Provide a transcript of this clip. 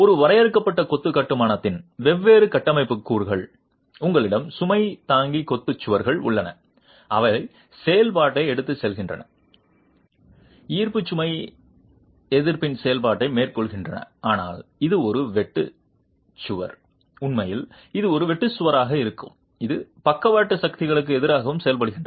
ஒரு வரையறுக்கப்பட்ட கொத்து கட்டுமானத்தின் வெவ்வேறு கட்டமைப்பு கூறுகள் உங்களிடம் சுமை தாங்கி கொத்து சுவர்கள் உள்ளன அவை செயல்பாட்டை எடுத்துச் செல்கின்றன ஈர்ப்பு சுமை எதிர்ப்பின் செயல்பாட்டை மேற்கொள்கின்றன ஆனால் இது ஒரு வெட்டு சுவர் உண்மையில் இது ஒரு வெட்டு சுவராக இருக்கும் இது பக்கவாட்டு சக்திகளுக்கு எதிராகவும் செயல்படுகிறது